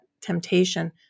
temptation